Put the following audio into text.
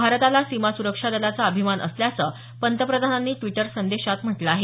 भारताला सीमा सुरक्षा दलाचा अभिमान असल्याचं पंतप्रधानांनी ट्विटर संदेशात म्हटलं आहे